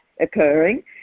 occurring